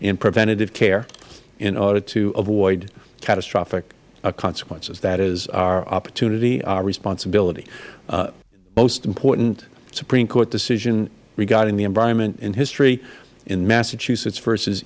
in preventative care in order to avoid catastrophic consequences that is our opportunity our responsibility our most important supreme court decision regarding the environment in history was in massachusetts versus